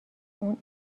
اون